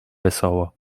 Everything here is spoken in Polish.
wesoło